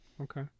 Okay